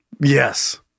Yes